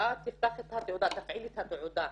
--- תפעיל את התעודה.